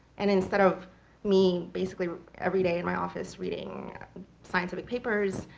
and instead of me basically every day in my office reading scientific papers,